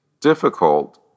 difficult